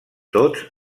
tos